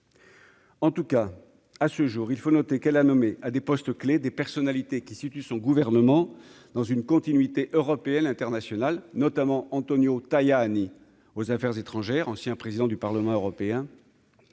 En tout cas à ce jour, il faut noter qu'elle a nommé à des postes clés des personnalités qui situe son gouvernement dans une continuité européenne internationale notamment Antonio Taya Annie aux Affaires étrangères, ancien président du Parlement européen